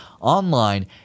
online